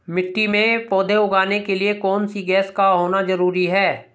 मिट्टी में पौधे उगाने के लिए कौन सी गैस का होना जरूरी है?